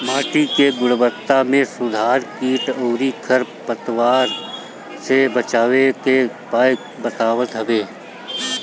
माटी के गुणवत्ता में सुधार कीट अउरी खर पतवार से बचावे के उपाय बतावत हवे